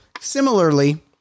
Similarly